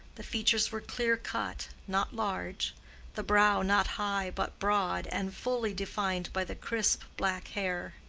the features were clear-cut, not large the brow not high but broad, and fully defined by the crisp black hair.